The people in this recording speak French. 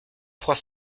trois